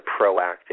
proactive